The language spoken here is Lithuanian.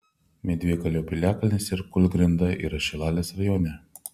medvėgalio piliakalnis ir kūlgrinda yra šilalės rajone